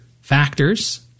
factors